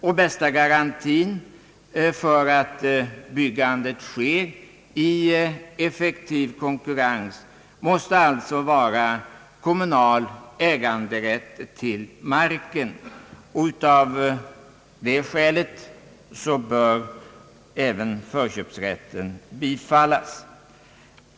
Den bästa garantin för att byggandet sker i effektiv konkurrens måste således vara kommunal äganderätt till marken. Av det skälet bör även förköpsrätten bifallas.